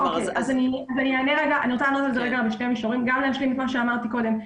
אני רוצה לענות בשני מישורים וגם להשלים את מה שאמרתי קודם.